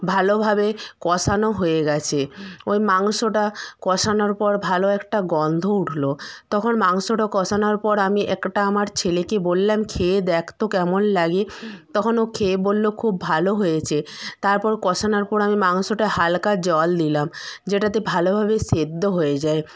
ভালোভাবে কষানো হয়ে গেছে ওই মাংসটা কষানোর পর ভালো একটা গন্ধ উঠলো তখন মাংসটা কষানোর পর আমি একটা আমার ছেলেকে বললাম খেয়ে দেখ তো কেমন লাগে তখন ও খেয়ে বললো খুব ভালো হয়েছে তারপর কষানোর পর আমি মাংসটায় হালকা জল দিলাম যেটাতে ভালোভাবে সেদ্ধ হয়ে যায়